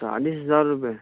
چالیس ہزار روپے